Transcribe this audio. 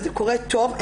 וזה קורה טוב,